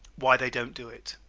why they don't do it